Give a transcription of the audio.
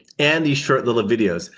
and the short little videos.